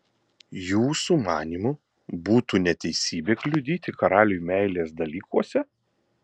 jūsų manymu būtų neteisybė kliudyti karaliui meilės dalykuose